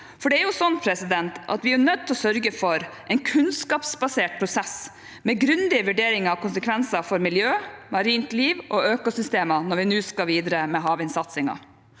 med sameksistensen der. Vi er nødt til å sørge for en kunnskapsbasert prosess, med grundige vurderinger av konsekvenser for miljø, marint liv og økosystemer, når vi nå skal videre med havvindsatsingen.